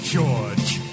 George